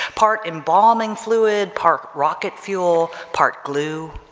part embalming fluid, part rocket fuel, part glue,